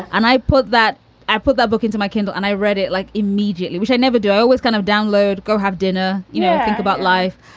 and i put that i put that book into my kindle and i read it like immediately, which i never do know was kind of download, go have dinner, you know, think about life.